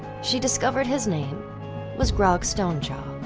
she discovered his name was grog strongjaw.